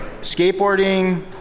skateboarding